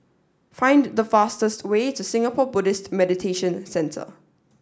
find the fastest way to Singapore Buddhist Meditation Centre